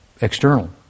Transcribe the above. external